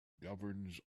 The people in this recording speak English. governs